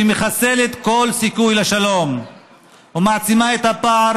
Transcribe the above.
שמחסלת כל סיכוי לשלום ומעצימה את הפער